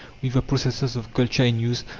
with the processes of culture in use,